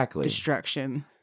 destruction